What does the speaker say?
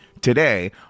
today